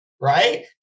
Right